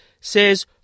says